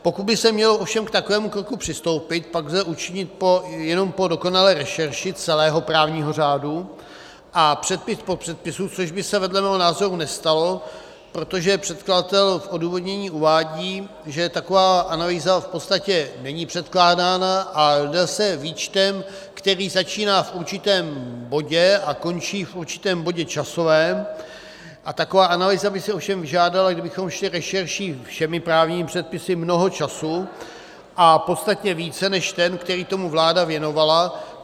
Pokud by se mělo ovšem k takovému kroku přistoupit, pak tak lze učinit jenom po dokonalé rešerši celého právního řádu a předpis po předpisu, což by se dle mého názoru nestalo, protože předkladatel v odůvodnění uvádí, že taková analýza v podstatě není předkládána, a jde se výčtem, který začíná v určitém bodě a končí v určitém bodě časovém, a taková analýza by si ovšem vyžádala, kdybychom šli rešerší všemi právními předpisy, mnoho času, a podstatně více než ten, který tomu vláda věnovala.